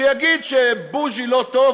שיגיד שבוז'י לא טוב,